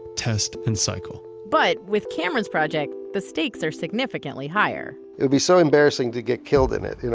test and cycle but with cameron's project, the stakes are significantly higher it would be so embarrassing to get killed in it, you know,